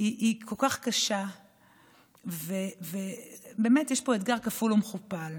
הם כל כך קשים ובאמת יש פה אתגר כפול ומכופל.